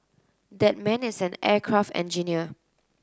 that man is an aircraft engineer